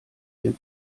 den